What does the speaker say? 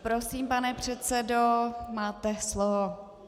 Prosím, pane předsedo, máte slovo.